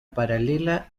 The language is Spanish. paralela